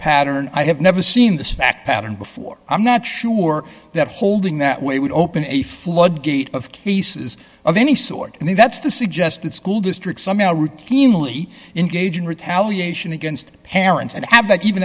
pattern i have never seen this fact pattern before i'm not sure that holding that way would open a floodgate of cases of any sort and that's to suggest that school districts somehow routinely engage in retaliation against parents and have that